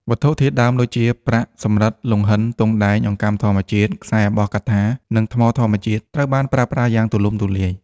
វត្ថុធាតុដើមដូចជា ប្រាក់ សំរឹទ្ធ លង្ហិន ទង់ដែង អង្កាំធម្មជាតិ ខ្សែអំបោះកថា និងថ្មធម្មជាតិ ត្រូវបានប្រើប្រាស់យ៉ាងទូលំទូលាយ។